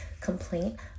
complaint